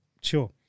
sure